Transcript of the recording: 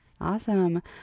Awesome